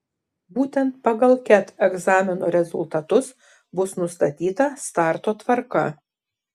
būtent pagal ket egzamino rezultatus bus nustatyta starto tvarka